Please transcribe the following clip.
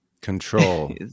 control